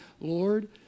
Lord